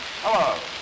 Hello